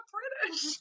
British